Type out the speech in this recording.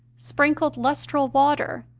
sprinkled lustral water,